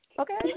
Okay